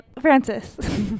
francis